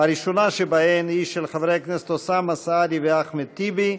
הראשונה שבהן היא של חברי הכנסת אוסאמה סעדי ואחמד טיבי.